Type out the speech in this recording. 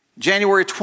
January